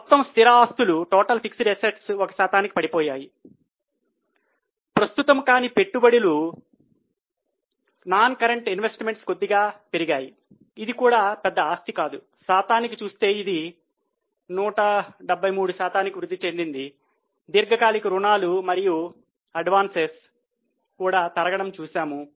మొత్తం స్థిర ఆస్తులు కూడా తరగడం చూసాము